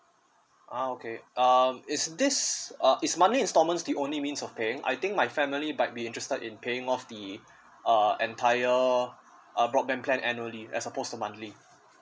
ah okay um is this uh is monthly installment the only means of paying I think my family might be interested in paying off the uh entire uh broadband plan annually as supposed to monthly